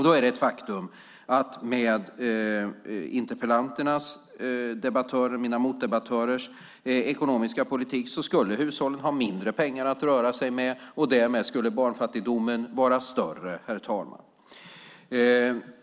Då är det ett faktum att med mina motdebattörers ekonomiska politik skulle hushållen ha mindre pengar att röra sig med, och därmed skulle barnfattigdomen vara större, herr talman.